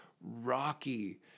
rocky